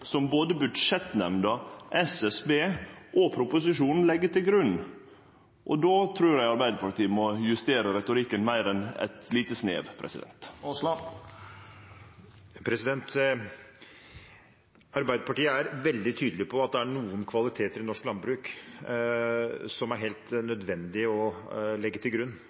som både budsjettnemnda, SSB og proposisjonen legg til grunn. Då trur eg Arbeidarpartiet må justere retorikken meir enn eit lite snev. Arbeiderpartiet er veldig tydelig på at det er noen kvaliteter i norsk landbruk som det er helt nødvendig å legge til grunn.